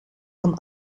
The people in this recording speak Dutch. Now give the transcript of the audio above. van